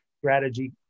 strategy